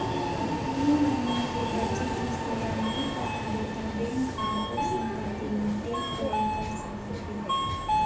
तीन महिना के बांचे किस्त ल नइ पटाबे त बेंक ह ओ संपत्ति ल टेक ओवर कर सकत हे